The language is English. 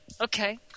Okay